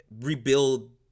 rebuild